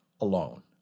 alone